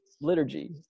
liturgy